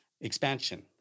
expansion